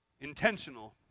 intentional